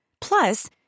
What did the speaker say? Plus